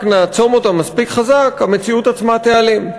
נעצום אותן מספיק חזק המציאות עצמה תיעלם.